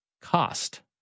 Cost